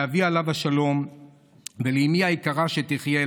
לאבי עליו השלום ולאימי היקרה שתחיה,